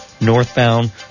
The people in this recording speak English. northbound